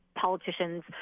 politicians